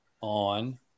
on